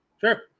Sure